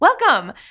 Welcome